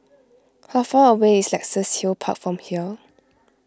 how far away is Luxus Hill Park from here